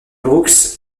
brooks